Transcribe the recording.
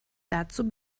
dazu